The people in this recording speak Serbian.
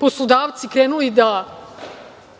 poslodavci krenuli da